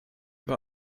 war